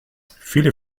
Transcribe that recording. viele